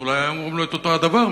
אז אולי היו אומרים לו את אותו הדבר,